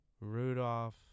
Rudolph